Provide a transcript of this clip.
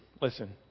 Listen